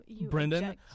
Brendan